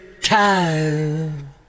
Time